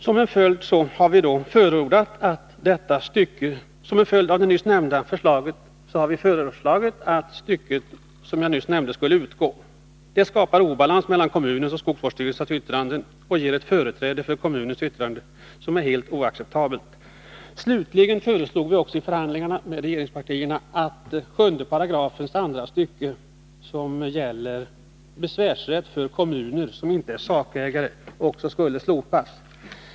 Vidare har vi som en följd av nyss nämnda förslag rekommenderat att det stycke som jag nyss refererade skulle utgå. Det skapar obalans mellan kommunens och skogsvårdsstyrelsens yttranden och ger företräde för kommunens yttrande, vilket är helt oacceptabelt. Slutligen har vi också i förhandlingarna med regeringspartierna föreslagit att 7 § andra stycket, som gäller besvärsrätt för kommuner som inte är sakägare, skulle slopas.